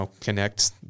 connect